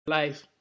life